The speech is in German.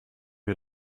wir